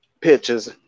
pictures